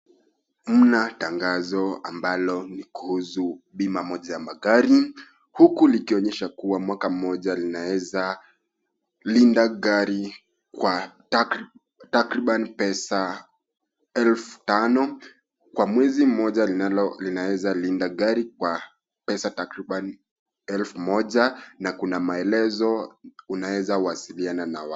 Muna tangazo ambalo ni kuhusu bima moja la magari huku likionyesha kuwa mwaka moja linaweza linda gari kwa takribani pesa elfu tano kwa mwezi moja linaweza linda gari kwa pesa takrbani elfu moja na kuna maelezo unaweza wasiliana na wao.